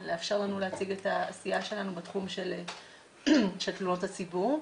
על לאפשר לנו להציג את העשייה שלנו בתחום של תלונות הציבור.